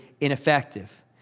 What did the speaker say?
ineffective